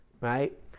right